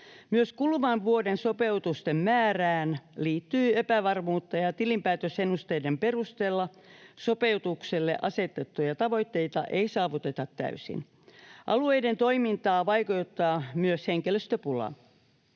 Myös kuluvan vuoden sopeutusten määrään liittyy epävarmuutta, ja tilinpäätösennusteiden perusteella sopeutukselle asetettuja tavoitteita ei saavuteta täysin. Alueiden toimintaa vaikeuttaa myös henkilöstöpula,